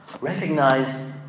recognize